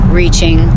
reaching